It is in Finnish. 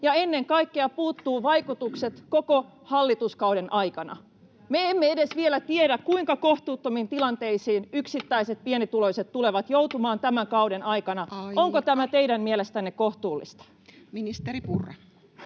ja ennen kaikkea puuttuu vaikutukset koko hallituskauden aikana. Me emme edes vielä tiedä, kuinka kohtuuttomiin tilanteisiin yksittäiset pienituloiset tulevat joutumaan tämän kauden aikana. [Puhemies: Aika!] Onko tämä teidän mielestänne kohtuullista? [Speech 16]